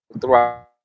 throughout